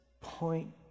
point